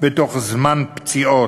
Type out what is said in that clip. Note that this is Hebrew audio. בתוך זמן פציעות,